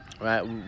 Right